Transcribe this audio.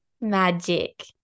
Magic